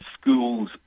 schools